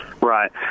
right